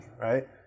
right